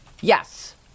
Yes